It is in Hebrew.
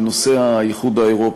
בנושא האיחוד האירופי.